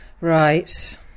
Right